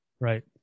Right